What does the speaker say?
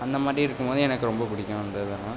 அந்த மாதிரி இருக்கும்போது எனக்கு ரொம்ப பிடிக்கும் அந்த இதெலாம்